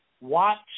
Watch